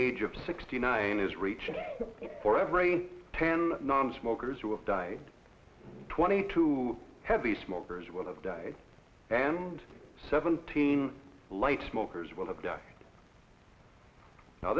age of sixty nine is reaching for every ten nonsmokers who have died twenty two heavy smokers will have died and seventeen light smokers will have